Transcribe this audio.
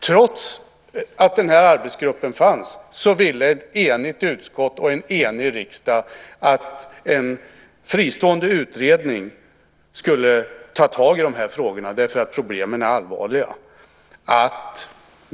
Trots att den här arbetsgruppen fanns ville ett enigt utskott och en enig riksdag att en fristående utredning skulle ta tag i de här frågorna därför att problemen är allvarliga.